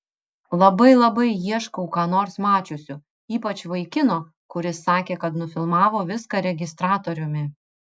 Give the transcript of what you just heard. labai labai ieškau ką nors mačiusių ypač vaikino kuris sakė kad nufilmavo viską registratoriumi